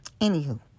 Anywho